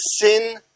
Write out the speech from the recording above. sin